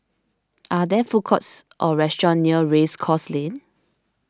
are there food courts or restaurants near Race Course Lane